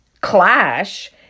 clash